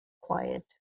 quiet